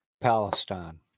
palestine